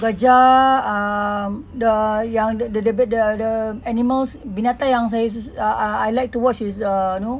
gajah um the yang the the the the the animals binatang yang I I like to watch is uh know